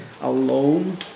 alone